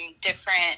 different